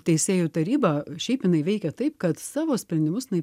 teisėjų taryba šiaip jinai veikia taip kad savo sprendimus jinai